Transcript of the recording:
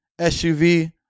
SUV